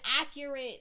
accurate